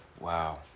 wow